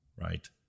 right